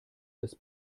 des